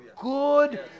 good